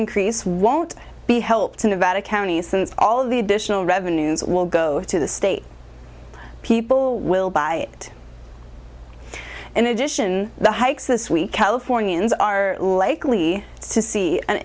increase won't be helped in nevada county since all of the additional revenues will go to the state people will buy it in addition the hikes this week californians are likely to see an